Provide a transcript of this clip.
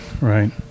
Right